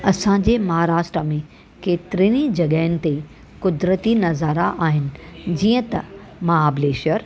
असांजे महाराष्ट्रा में केतिरनि जॻहियुनि ते क़ुदिरती नज़ारा आहिनि जीअं त महाबलेश्वर